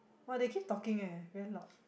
!wah! they keep talking eh very loud